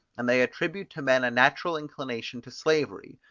and they attribute to men a natural inclination to slavery,